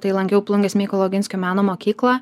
tai lankiau plungės mykolo oginskio meno mokyklą